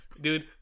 Dude